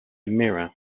mira